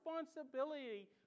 responsibility